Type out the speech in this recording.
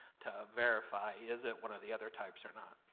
to verify is it one of the other types or not.